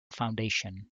foundation